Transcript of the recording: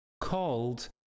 called